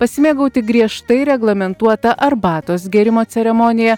pasimėgauti griežtai reglamentuota arbatos gėrimo ceremonija